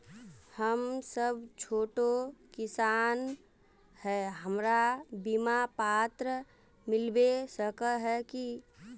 हम सब छोटो किसान है हमरा बिमा पात्र मिलबे सके है की?